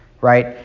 right